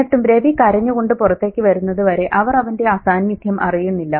എന്നിട്ടും രവി കരഞ്ഞുകൊണ്ട് പുറത്തേക്കു വരുന്നത് വരെ അവർ അവന്റെ അസാന്നിധ്യം അറിയുന്നില്ല